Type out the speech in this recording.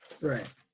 Right